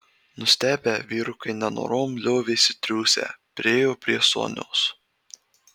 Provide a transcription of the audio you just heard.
nustebę vyrukai nenorom liovėsi triūsę priėjo prie sonios